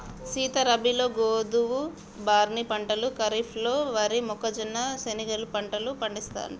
సీత రబీలో గోధువు, బార్నీ పంటలు ఖరిఫ్లలో వరి, మొక్కజొన్న, శనిగెలు పంట పండిత్తారు